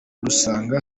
dusanga